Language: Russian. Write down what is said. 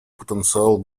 потенциал